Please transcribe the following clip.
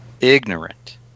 ignorant